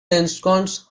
ensconce